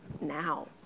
now